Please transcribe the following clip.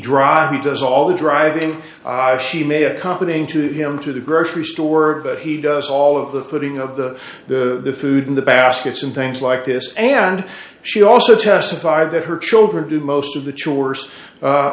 drive does all the driving she may accompany him to him to the grocery store but he does all of the putting of the the food in the baskets and things like this and she also testified that her children do most of the chores a